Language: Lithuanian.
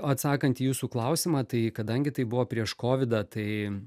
atsakant į jūsų klausimą tai kadangi tai buvo prieš kovidą tai